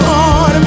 on